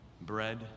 Bread